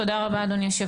תודה רבה אדוני יושב הראש.